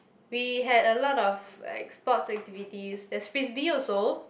we had a lot of like sports activity that's frisbee also